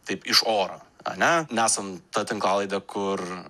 taip iš oro ane nesam ta tinklalaidė kur